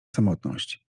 samotność